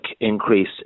increase